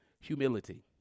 humility